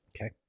Okay